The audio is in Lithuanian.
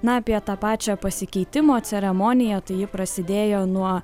na apie tą pačią pasikeitimo ceremoniją tai ji prasidėjo nuo